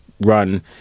run